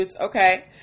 Okay